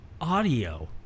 audio